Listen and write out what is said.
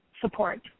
support